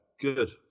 Good